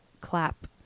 clap